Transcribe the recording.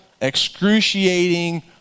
excruciating